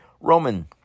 Roman